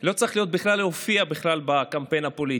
לא צריכה להופיע בכלל בקמפיין הפוליטי.